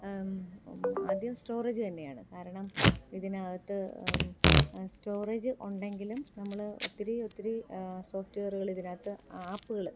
അധികം സ്റ്റോറേജ് തന്നെയാണ് കാരണം ഇതിനകത്ത് സ്റ്റോറേജ് ഉണ്ടെങ്കിലും നമ്മൾ ഒത്തിരി ഒത്തിരി സോഫ്റ്റ്വെയറുകൾ ഇതിനകത്ത് ആപ്പുകൾ